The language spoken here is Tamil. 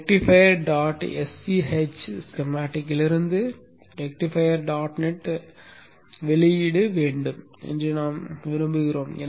rectifier dot S C H ஸ்கீமடிக்கிலிருந்து ரிக்டிஃபையர் டாட் நெட் வெளியீடு வேண்டும் என்று நாம் விரும்புகிறோம்